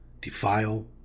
defile